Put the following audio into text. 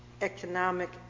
economic